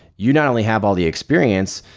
you not only have all the experience,